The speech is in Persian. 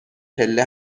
پله